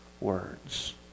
words